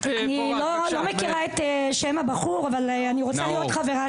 אני לא מכירה את שם הבחור אבל אני רוצה להיות חברה שלך.